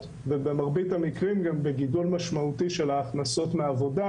ובמרבית המקרים גם בגידול משמעותי של ההכנסות מעבודה,